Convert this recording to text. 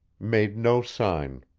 made no sign.